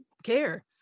care